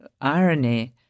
irony